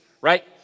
right